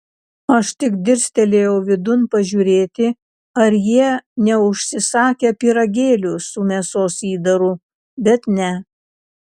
aš tik dirstelėjau vidun pažiūrėti ar jie neužsisakę pyragėlių su mėsos įdaru bet ne